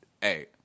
Hey